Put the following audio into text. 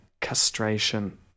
castration